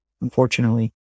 unfortunately